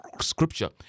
scripture